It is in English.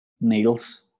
needles